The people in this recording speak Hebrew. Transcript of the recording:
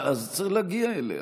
אז צריך להגיע אליה.